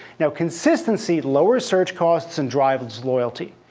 now, consistency lowers search costs and drives loyalty.